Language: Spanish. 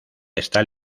está